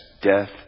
death